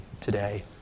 today